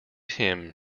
him